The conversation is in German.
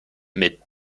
mit